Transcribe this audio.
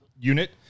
unit